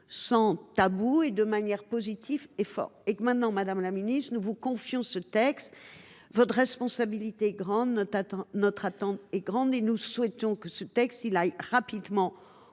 sans tabou, de manière positive et forte. Maintenant, madame la ministre, nous vous confions ce texte. Si votre responsabilité est grande, notre attente l’est tout autant. Nous souhaitons que ce texte aille rapidement